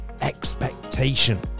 expectation